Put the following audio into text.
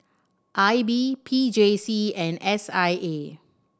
I B P J C and S I A